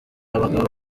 abagabo